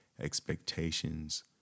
expectations